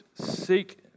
seek